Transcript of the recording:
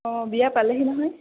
অ বিয়া পালেহি নহয়